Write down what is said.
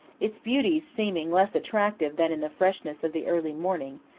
its beauties seeming less attractive than in the freshness of the early morning,